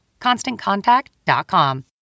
ConstantContact.com